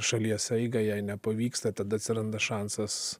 šalies eigą jei nepavyksta tada atsiranda šansas